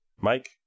Mike